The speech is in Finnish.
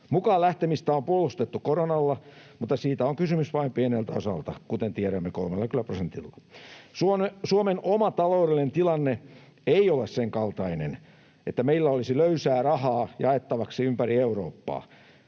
Mukaan lähtemistä on puolustettu koronalla, mutta siitä on kysymys vain pieneltä osalta, kuten tiedämme, 30 prosentista. Suomen oma taloudellinen tilanne ei ole sen kaltainen, että meillä olisi löysää rahaa jaettavaksi ympäri Eurooppaa.